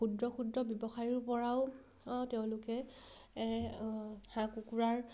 ক্ষুদ্ৰ ক্ষুদ্ৰ ব্যৱসায়ৰপৰাও তেওঁলোকে হাঁহ কুকুৰাৰ